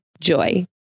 JOY